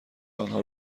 آنها